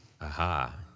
Aha